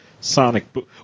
Sonic